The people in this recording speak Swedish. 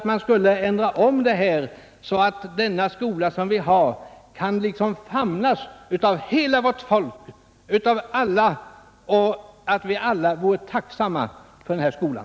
Man skulle ändra på detta, så att den skola vi har kan famnas av hela vårt folk så att vi alla kunde vara tacksamma för skolan.